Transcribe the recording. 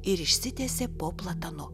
ir išsitiesė po platanu